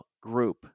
Group